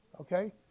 Okay